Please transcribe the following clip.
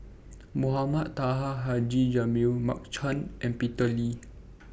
Mohamed Taha Haji Jamil Mark Chan and Peter Lee